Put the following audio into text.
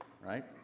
right